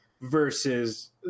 versus